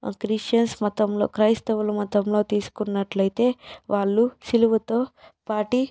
Christians మతంలో క్రైస్తవుల మతంలో తీసుకున్నట్లయితే వాళ్ళు సిలువతో పాటి